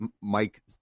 Mike